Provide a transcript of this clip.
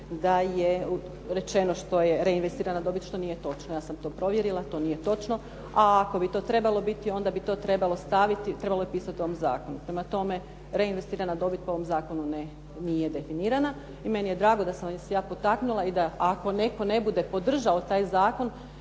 da je rečeno što je reinvestirana dobit što nije točno. Ja sam to provjerila. To nije točno, a ako bi to trebalo biti onda bi to trebalo staviti, trebalo bi pisati u ovom zakonu. Prema tome, reinvestirana dobit po ovom zakonu nije definirana i meni je drago da sam vas ja potaknula i da ako netko ne bude podržao taj zakon